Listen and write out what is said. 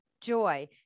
joy